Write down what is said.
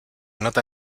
nota